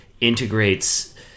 integrates